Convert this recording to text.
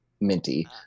Minty